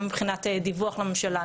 גם מבחינת דיווח לממשלה,